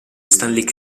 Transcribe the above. stanley